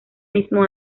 mismo